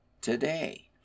today